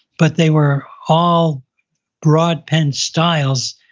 but they were all broad pen styles.